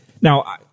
now